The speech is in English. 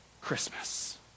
Christmas